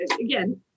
again